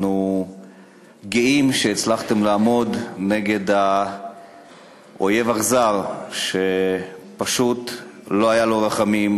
אנחנו גאים שהצלחתם לעמוד נגד אויב אכזר שפשוט לא היו לו רחמים,